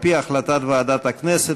על-פי החלטת ועדת הכנסת,